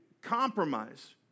compromise